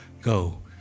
go